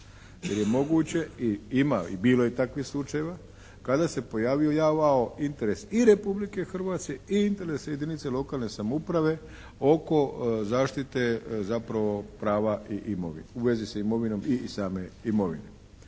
jer je moguće i ima i bilo je takvih slučajeva kada se pojavljivao interes i Republike Hrvatske i interes jedinice lokalne samouprave oko zaštite zapravo prava i imovine, u vezi sa imovinom i same imovine.